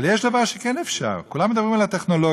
אבל יש דבר שכן אפשר, כולם מדברים על הטכנולוגיה.